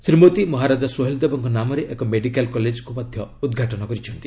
ଶ୍ରୀ ମୋଦୀ ମହାରାଜା ସୋହେଲ ଦେବଙ୍କ ନାମରେ ଏକ ମେଡ଼ିକାଲ କଲେଜକୁ ମଧ୍ୟ ଉଦ୍ଘାଟନ କରିଛନ୍ତି